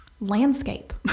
landscape